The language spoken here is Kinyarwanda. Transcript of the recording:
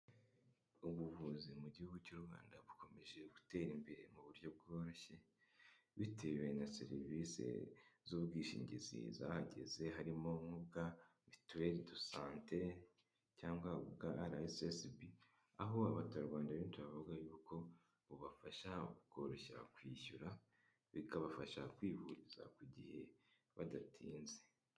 Ubuvuzi mu gihugu cy'u Rwanda bukomeje gutera imbere muburyo bworoshye, bitewe na serivisi z'ubwishingizi zahageze harimo nk'ubwa mituweli do sante cyangwa bwa Rssb, aho abaturarwanda benshi bavuga y'uko bubafasha koroshya kwishyura bikabafasha kwivuriza ku gihe badatinze.